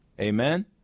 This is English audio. Amen